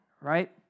right